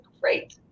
great